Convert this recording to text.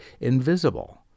invisible